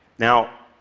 now,